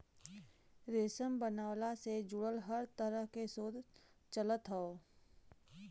रेशम बनवला से जुड़ल हर तरह के शोध चलत हौ